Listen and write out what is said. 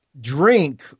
drink